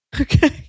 Okay